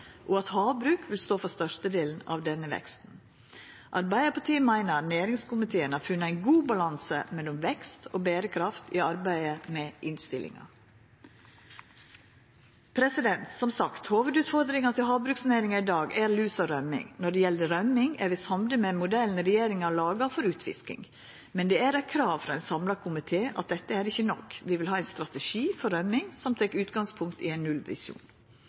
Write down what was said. og at havbruk vil stå for størstedelen av denne veksten. Arbeidarpartiet meiner næringskomiteen har funne ein god balanse mellom vekst og berekraft i arbeidet med innstillinga. Hovudutfordringa til havbruksnæringa i dag er lus og rømming. Når det gjeld rømming, er vi samde i den modellen regjeringa har laga for utfisking, men det er eit krav frå ein samla komité at dette ikkje er nok. Vi vil ha ein strategi for rømming som tek utgangspunkt i ein nullvisjon.